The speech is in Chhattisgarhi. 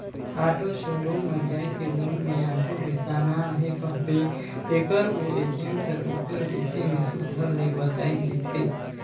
ऑटो शोरूम म जाए के लोन में आॅटो बेसाना अहे कहबे तेकर ओ एजेंट हर ओकर बिसे में सुग्घर ले बताए देथे